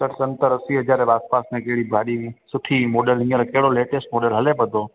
सठ सतर असी हज़ार जे आसि पासि में कहिड़ी गाॾी सुठी मॉडल हींअर कहिड़ो लेटैस्ट मॉडल हले पियो थो